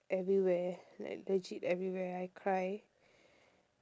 everywhere like legit everywhere I cry